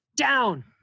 down